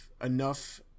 enough